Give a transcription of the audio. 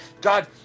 God